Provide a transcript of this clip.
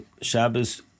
Shabbos